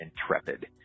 Intrepid